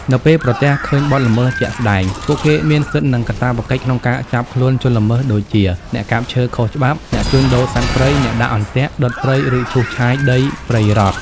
នៅពេលប្រទះឃើញបទល្មើសជាក់ស្តែង ពួកគេមានសិទ្ធិ និងកាតព្វកិច្ចក្នុងការចាប់ខ្លួនជនល្មើសដូចជា អ្នកកាប់ឈើខុសច្បាប់ អ្នកជួញដូរសត្វព្រៃ អ្នកដាក់អន្ទាក់ ដុតព្រៃ ឬឈូសឆាយដីព្រៃរដ្ឋ។